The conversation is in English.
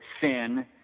sin